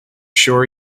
sure